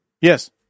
Yes